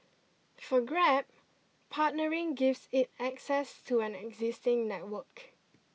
for grab partnering gives it access to an existing network